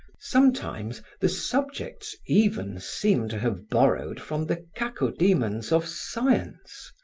sometimes the subjects even seemed to have borrowed from the cacodemons of science,